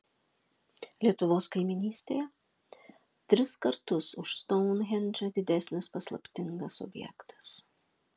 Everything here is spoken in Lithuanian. lietuvos kaimynystėje tris kartus už stounhendžą didesnis paslaptingas objektas